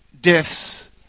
deaths